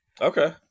Okay